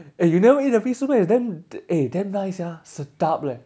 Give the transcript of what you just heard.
eh you never eat the fish soup eh it's damn eh damn nice sia sedap leh